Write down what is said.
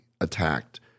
attacked